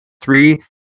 three